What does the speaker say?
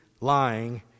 lying